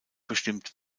bestimmt